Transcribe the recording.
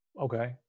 okay